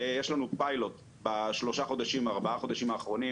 יש לנו פיילוט בשלושת-ארבעת החודשים האחרונים